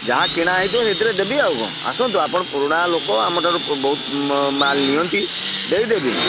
ଯାହା କିଣାହେଇଥିବ ସେଇଥିରେ ଦେବି ଆଉ କଣ ଆସନ୍ତୁ ଆପଣ ପୁରୁଣା ଲୋକ ଆମଠାରୁ ବହୁତ ମାଲ୍ ନିଅନ୍ତି ଦେଇଦେବି ମୁଁ